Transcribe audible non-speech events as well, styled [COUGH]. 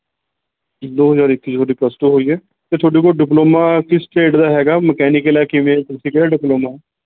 ਦੋ ਹਜ਼ਾਰ ਇੱਕੀ ਤੁਹਾਡੀ ਪਲੱਸ ਟੂ ਹੋਈ ਹੈ ਅਤੇ ਤੁਹਾਡੇ ਕੋਲ ਡਿਪਲੋਮਾ ਕਿਸ ਸਟੇਟ ਦਾ ਹੈ ਮਕੈਨੀਕਲ ਹੈ ਕਿਵੇਂ [UNINTELLIGIBLE] ਡਿਪਲੋਮਾ